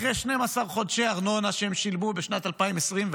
אחרי 12 חודשי ארנונה שהם שילמו בשנת 2024,